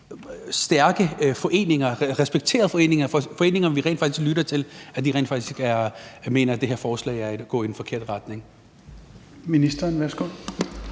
stærke foreninger, respekterede foreninger, foreninger, vi rent faktisk lytter til, mener, at det her forslag er at gå i den forkerte retning. Kl.